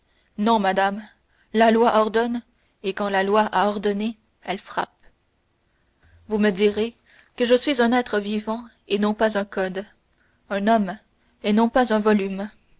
non madame la loi ordonne et quand la loi a ordonné elle frappe vous me direz que je suis un être vivant et non pas un code un homme et non pas un volume